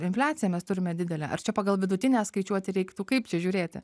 infliaciją mes turime didelę ar čia pagal vidutinę skaičiuoti reiktų kaip čia žiūrėti